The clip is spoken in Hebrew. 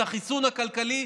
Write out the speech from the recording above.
את החיסון הכלכלי,